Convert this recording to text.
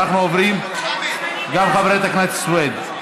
גם חברת הכנסת סויד.